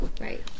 Right